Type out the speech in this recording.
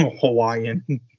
Hawaiian